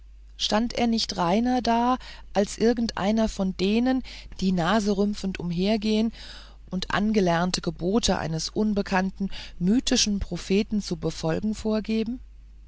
stand er nicht reiner da als irgendeiner von denen die naserümpfend umhergehen und angelernte gebote eines unbekannten mythischen propheten zu befolgen vorgeben